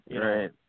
right